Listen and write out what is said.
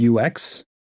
UX